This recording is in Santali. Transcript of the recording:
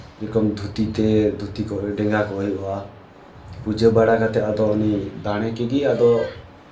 ᱡᱮᱨᱚᱠᱚᱢ ᱫᱷᱩᱛᱤ ᱛᱮ ᱫᱷᱩᱛᱤ ᱠᱚᱜ ᱦᱩᱭᱩᱜᱼᱟ ᱰᱮᱸᱜᱟ ᱠᱚᱜ ᱦᱩᱭᱩᱜᱼᱟ ᱯᱩᱡᱟᱹ ᱵᱟᱲᱟ ᱠᱟᱛᱮ ᱟᱫᱚ ᱩᱱᱤ ᱫᱟᱲᱮ ᱠᱚᱜᱮ ᱟᱫᱚ